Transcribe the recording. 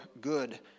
good